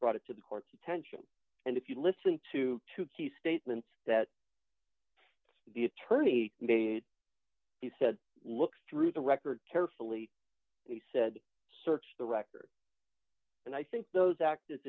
brought it to the court's attention and if you listen to two key statements that the attorney made he said look through the record carefully he said search the record and i think those act